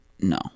No